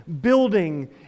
building